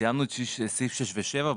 סיימנו את סעיף 6 ו-7.